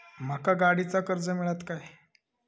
माका गाडीचा कर्ज मिळात काय?